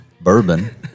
bourbon